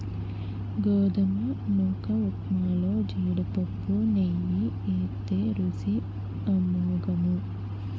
గోధుమ నూకఉప్మాలో జీడిపప్పు నెయ్యి ఏత్తే రుసి అమోఘము